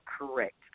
correct